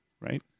Right